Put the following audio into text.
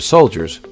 Soldiers